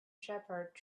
shepherd